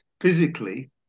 physically